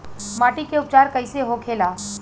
माटी के उपचार कैसे होखे ला?